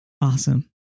Awesome